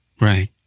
Right